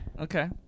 Okay